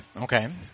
Okay